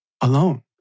alone